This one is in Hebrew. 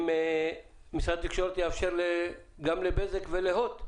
אם משרד התקשורת יאפשר גם לבזק וגם להוט,